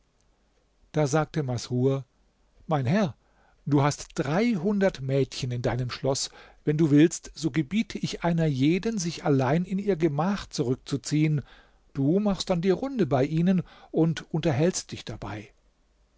da sagte masrur mein herr du hast dreihundert mädchen in deinem schloß wenn du willst so gebiete ich einer jeden sich allein in ihr gemach zurückzuziehen du machst dann die runde bei ihnen und unterhältst dich dabei